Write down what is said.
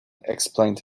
explained